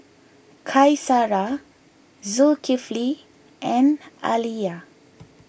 Qaisara Zulkifli and Alya